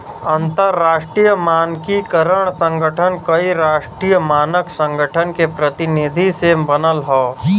अंतरराष्ट्रीय मानकीकरण संगठन कई राष्ट्रीय मानक संगठन के प्रतिनिधि से बनल हौ